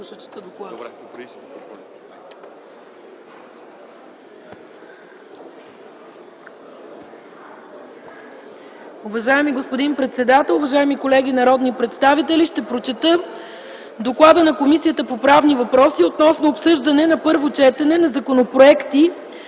ще прочета Доклада на Комисията по правни въпроси относно обсъждане на първо четене на законопроекти